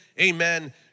Amen